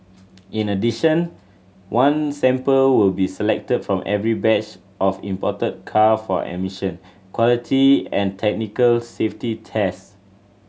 in addition one sample will be selected from every batch of imported car for emission quality and technical safety tests